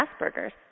Asperger's